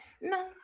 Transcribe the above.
No